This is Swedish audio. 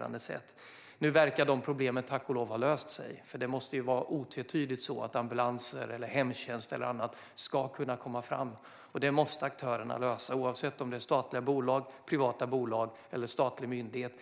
bra sätt. Nu verkar dessa problem tack och lov ha löst sig. Det måste ju otvetydigt vara så att till exempel ambulanser och hemtjänstfordon ska kunna komma fram. Detta måste aktörerna lösa, oavsett om det handlar om statliga bolag, privata bolag eller en statlig myndighet.